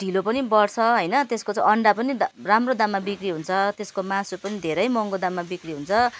ढिलो पनि बढ्छ होइन त्यसको चाहिँ अन्डा पनि राम्रो दाममा बिक्री हुन्छ त्यसको मासु पनि धेरै महँगो दाममा बिक्री हुन्छ